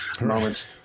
moments